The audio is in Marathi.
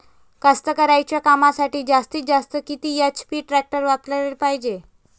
कास्तकारीच्या कामासाठी जास्तीत जास्त किती एच.पी टॅक्टर वापराले पायजे?